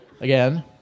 Again